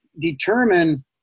determine